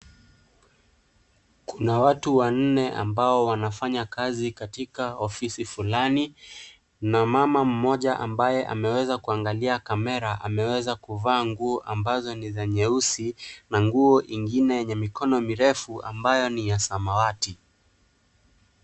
Kuna watu wanne ambao wanafanya kazi katika ofisi fulani, mama mmoja ambaye ameweza kuangalia kamera, ameweza kuvaa nguo ambazo ni za nyeusi, na nguo ingine yenye mikono mirefu ambayo ni ya samawati.